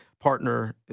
partner